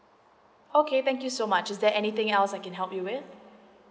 okay thank you so much is there anything else I can help you with it